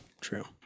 True